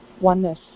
oneness